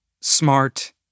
smart